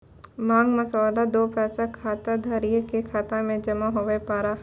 मांग मसौदा रो पैसा खाताधारिये के खाता मे जमा हुवै पारै